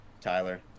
Tyler